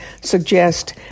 suggest